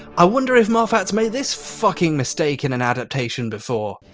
i wonder if moffat made this fucking mistake in an adaptation before?